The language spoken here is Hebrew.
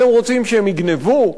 אתם רוצים שהם יגנבו?